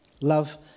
love